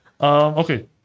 okay